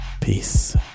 peace